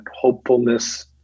hopefulness